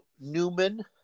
Newman